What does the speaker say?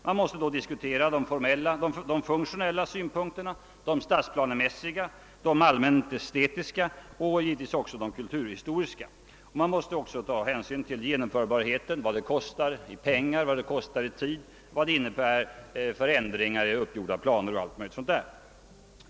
Man måste då diskutera de funktionella synpunkterna, de stadsplanemässiga, de allmänt estetiska och givetvis också de kulturhistoriska. Man måste också ta hänsyn till genomförbarhet, vad det kostar i pengar och tid, vad det innebär för ändringar i uppgjorda planer och annat sådant.